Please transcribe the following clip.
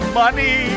money